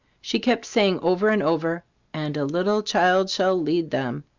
she kept saying over and over and a little child shall lead them.